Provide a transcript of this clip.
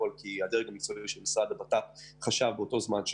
הדרג המקצועי של המשרד לביטחון פנים חשב שכן